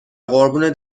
قربون